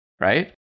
right